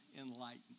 enlightened